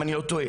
אם אני לא טועה,